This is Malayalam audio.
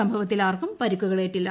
സംഭവത്തിൽ ആർക്കും പരിക്കുകളില്ല